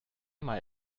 mal